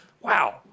wow